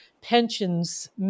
pensions